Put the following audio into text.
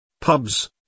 Pubs